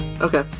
Okay